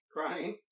Crying